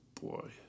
boy